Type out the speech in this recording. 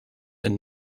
and